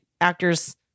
actors